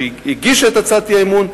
שהגישה את הצעת אי-האמון,